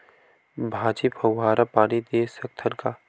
भाजी फवारा पानी दे सकथन का?